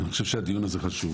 אני חושב שהדיון הזה חשוב.